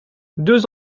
deux